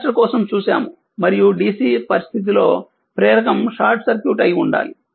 capacitor కోసం చూశాము మరియు dc పరిస్థితి లో ప్రేరకం షార్ట్ సర్క్యూట్ అయి ఉండాలి